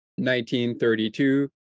1932